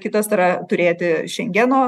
kitas yra turėti šengeno